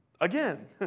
Again